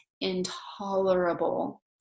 intolerable